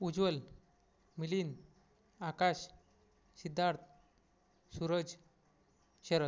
Ujjwal Milind Akash Siddharth Suraj Sharad